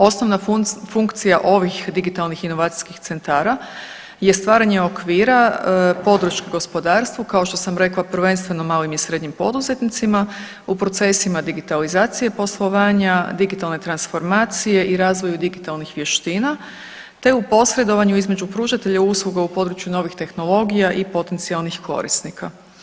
Osnovna funkcija ovih digitalnih inovacijskih centara je stvaranje okvira podršku gospodarstvu kao što sam rekla prvenstveno malim i srednjim poduzetnicima u procesima digitalizacije poslovanja, digitalne transformacije i razvoju digitalnih vještina, te u posredovanju između pružatelja usluga u području novih tehnologija i potencijalnih korisnika.